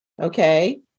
Okay